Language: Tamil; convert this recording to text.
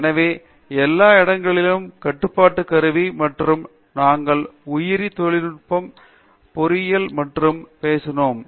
எனவே எல்லா இடங்களிலிருந்தும் கட்டுப்பாட்டு கருவி மற்றும் நாங்கள் உயிரி மருத்துவ பொறியியல் பற்றி பேசினோம்